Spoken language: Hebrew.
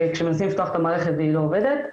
כשמנסים לפתוח את המערכת והיא לא עובדת,